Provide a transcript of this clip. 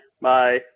Bye